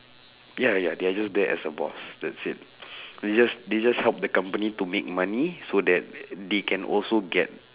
ya ya they are just there as a boss that's it they just they just help the company to make money so that they can also get